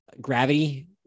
gravity